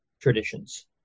traditions